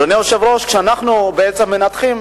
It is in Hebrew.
אדוני היושב-ראש, כשאנחנו מנתחים,